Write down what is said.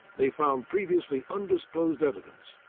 they found previously undisclosed evidence.